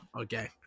Okay